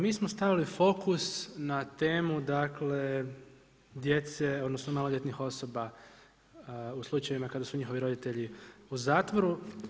Mi smo stavili fokus na temu, dakle, djece, odnosno, maloljetnih osoba u slučajevima kada su njihovi roditelji u zatvoru.